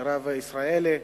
מירב ישראלי,